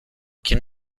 quién